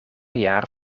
jaar